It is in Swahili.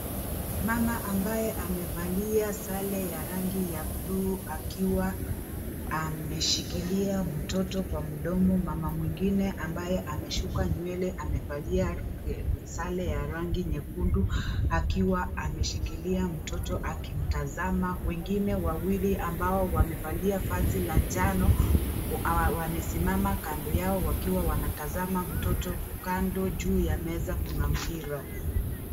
Mama ambaye amevalia sare ya rangi ya buluu akiwa ameshikilia mtoto kwa mdomo. Mama mwingine ambaye ameshuka nywele amevalia sare ya rangi nyekundu akiwa ameshikilia mtoto akimtazama. Wengine wawili ambao wamevalia vazi la njano, wamesimama kando yao wakiwa wanatazama mtoto kando. Juu ya meza kuna mpira.